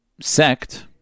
sect